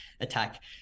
attack